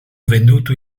venduto